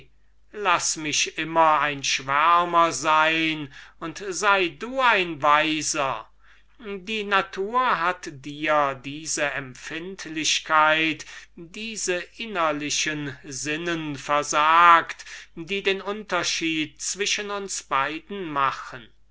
laß mich immer ein schwärmer sein und sei du ein weiser die natur hat dir diese empfindlichkeit diese innerlichen sinnen versagt die den unterschied zwischen uns beiden machen